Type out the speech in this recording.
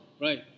right